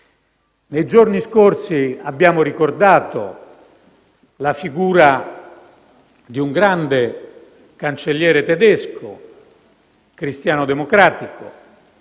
Nei giorni scorsi abbiamo ricordato la figura di un grande cancelliere tedesco, cristiano-democratico,